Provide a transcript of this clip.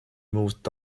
moved